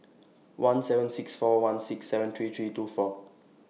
seven six four one six seven three three two four